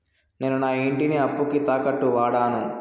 నేను నా ఇంటిని అప్పుకి తాకట్టుగా వాడాను